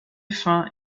fins